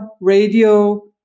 radio